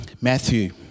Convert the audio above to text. Matthew